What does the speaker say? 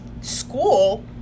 school